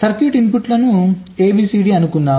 సర్క్యూట్ల ఇన్పుట్లు A B C D అనుకుందాం